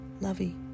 Lovey